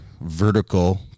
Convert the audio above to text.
vertical